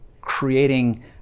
creating